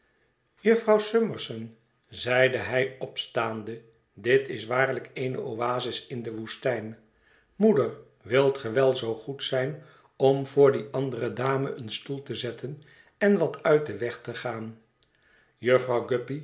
jufvrouw summerson zeide hij opstaande dit is waarlijk eene oasis in de woestijn moeder wilt ge wel zoo goed zijn om voor die andere dame een stoel te zetten en wat uit den weg te gaan